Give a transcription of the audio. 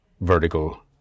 vertical